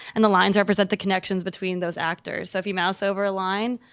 and the lines represent the connections between those actors. so if you mouse over a line,